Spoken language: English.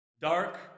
Dark